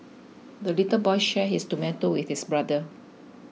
the little boy shared his tomato with his brother